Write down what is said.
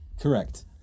Correct